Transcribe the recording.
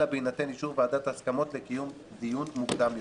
אלא בהינתן אישור ועדת ההסכמות לקיום דיון מוקדם יותר.